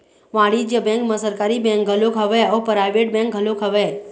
वाणिज्य बेंक म सरकारी बेंक घलोक हवय अउ पराइवेट बेंक घलोक हवय